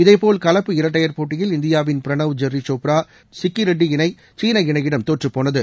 இதேபோல் கலப்பு இரட்டையர் போட்டியில் இந்தியாவின் ப்ரணவ் ஜெர்ரி சோப்ரா சிக்கி ரெட்டி இணை சீன இணையிடம் தோற்றுப் போனது